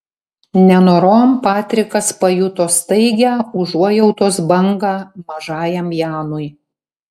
nenorom patrikas pajuto staigią užuojautos bangą mažajam janui